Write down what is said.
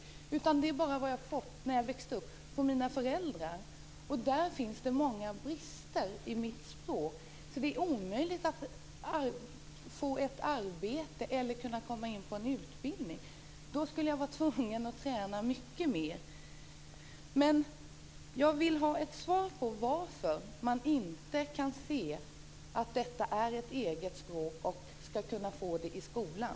De kunskaper som jag har är bara de som jag fick från mina föräldrar när jag växte upp. Det finns många brister i mitt teckenspråk som gör att det inte är möjligt att få ett arbete eller komma in på en utbildning. Jag skulle i så fall vara tvungen att träna mycket mer. Jag vill ha ett svar på varför man inte kan se att detta är ett eget språk som man skall kunna få lära sig i skolan.